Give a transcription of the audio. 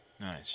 Nice